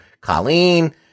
Colleen